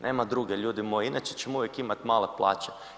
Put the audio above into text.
Nema druge, ljudi moji, inače ćemo uvijek imati male plaće.